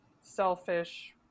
selfish